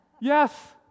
Yes